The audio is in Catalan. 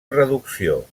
reducció